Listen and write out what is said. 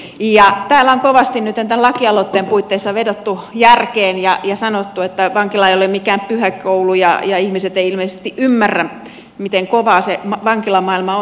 täällä on kovasti nyt tämän lakialoitteen puitteissa vedottu järkeen ja sanottu että vankila ei ole mikään pyhäkoulu ja ihmiset eivät ilmeisesti ymmärrä miten kovaa se vankilamaailma on